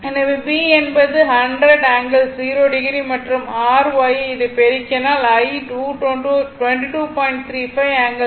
எனவே b என்பது 100 ∠0o மற்றும் r Y இதை பெருக்கினால் I 22